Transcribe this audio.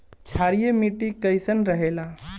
क्षारीय मिट्टी कईसन रहेला?